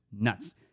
nuts